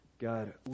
God